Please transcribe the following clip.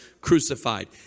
crucified